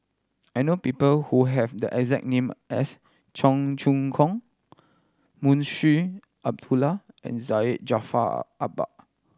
I know people who have the exact name as Cheong Choong Kong Munshi Abdullah and Syed Jaafar Albar